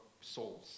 souls